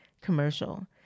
commercial